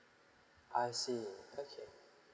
I see okay